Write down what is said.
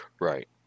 Right